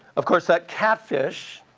of course that catfish,